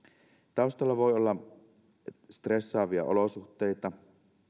taustalla voi olla stressaavia olosuhteita